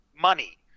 money